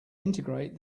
integrate